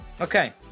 Okay